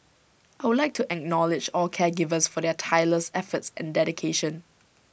I would like to acknowledge all caregivers for their tireless efforts and dedication